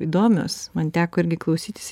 įdomios man teko irgi klausytis